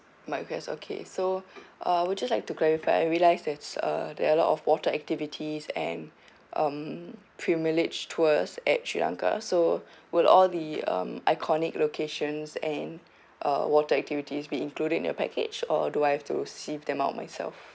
my request okay so uh would just like to clarify I realise that's uh there are a lot of water activities and um tours at sri lanka so will all the um iconic locations and uh water activities be included in the package or do I have to sieve them out myself